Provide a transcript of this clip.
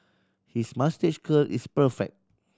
his moustache curl is perfect